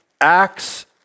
Acts